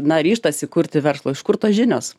na ryžtasi kurti verslą iš kur tos žinios